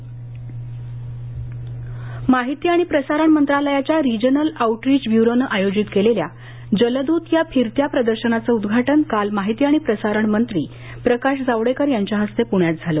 जावडेकर माहिती आणि प्रसारण मंत्रालयाध्या रिजनल आउटरीच ब्युरोनं आयोजित केलेल्या जलदूत या फिरत्या प्रदर्शनाचं उद्घाटन काल माहिती आणि प्रसारण मंत्री प्रकाश जावडेकर यांच्या हस्ते पूण्यात झालं